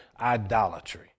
idolatry